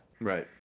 Right